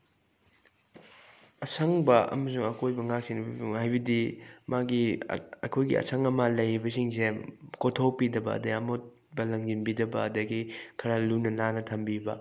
ꯑꯁꯪꯕ ꯑꯃꯁꯨꯡ ꯑꯀꯣꯏꯕ ꯉꯥꯛ ꯁꯦꯟꯕꯒꯤ ꯐꯤꯕꯝ ꯍꯥꯏꯕꯗꯤ ꯃꯥꯒꯤ ꯑꯩꯈꯣꯏꯒꯤ ꯑꯁꯪ ꯑꯃꯥꯟ ꯂꯩꯔꯤꯕꯁꯤꯡꯁꯦ ꯀꯣꯠꯊꯣꯛꯄꯤꯗꯕ ꯑꯗꯒꯤ ꯑꯃꯣꯠꯄ ꯂꯪꯁꯤꯟꯕꯤꯗꯕ ꯑꯗꯒꯤ ꯈꯔ ꯂꯨꯅ ꯅꯥꯟꯅ ꯊꯝꯕꯤꯕ